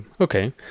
Okay